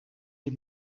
die